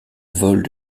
volent